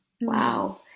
Wow